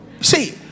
See